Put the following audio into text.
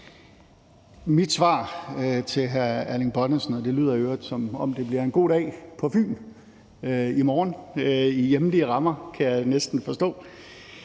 Mit svar til hr. Erling Bonnesen – og det lyder i øvrigt, som om det bliver en god dag på Fyn i morgen i hjemlige rammer, kan jeg næsten forstå